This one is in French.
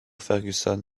fergusson